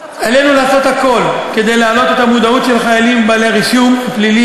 עלינו לעשות הכול כדי להעלות את המודעות של החיילים בעלי הרישום הפלילי